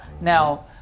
Now